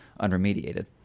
unremediated